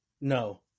No